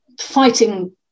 fighting